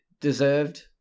deserved